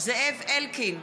זאב אלקין,